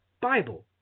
Bible